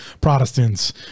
Protestants